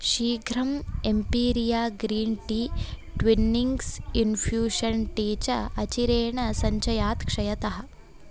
शीघ्रं एम्पीरिया green tea Twinings infusion tea च अचिरेण सञ्चयात् क्षयतः